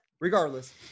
regardless